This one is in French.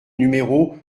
numéro